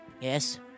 Yes